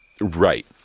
Right